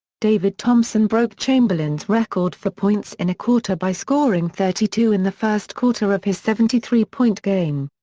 david thompson broke chamberlain's record for points in a quarter by scoring thirty two in the first quarter of his seventy three point game.